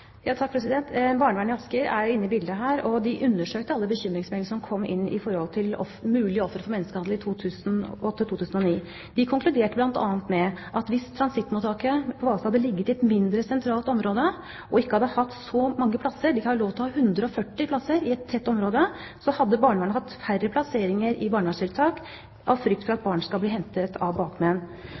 for menneskehandel i 2008 og 2009. De konkluderte bl.a. med at hvis transittmottaket på Hvalstad hadde ligget i et mindre sentralt område og ikke hadde hatt så mange plasser – de har lov til å ha 140, i et tettbebygd område – så hadde barnevernet hatt færre plasseringer i barnevernstiltak av frykt for at barn skal bli hentet av bakmenn.